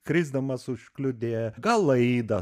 krisdamas užkliudė gal laidą